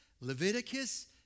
Leviticus